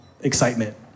excitement